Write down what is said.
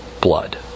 Blood